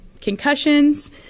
concussions